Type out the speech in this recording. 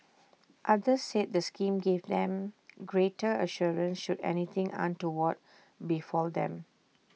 others said the scheme gave them greater assurance should anything untoward befall them